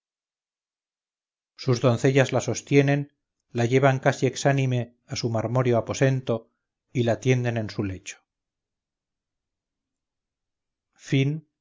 sus doncellas la sostienen la llevan casi exánime a su marmóreo aposento y la tienden en su lecho